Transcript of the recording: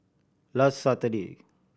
last Saturday